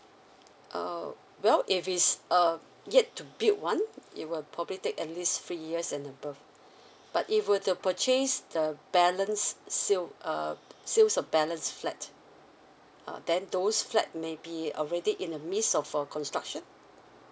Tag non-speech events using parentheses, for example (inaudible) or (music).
oh well if it's um yet to build one it will probably take at least three years and above (breath) but if were to purchase the balance sale uh sales of balance flat uh then those flat maybe already in a midst of a construction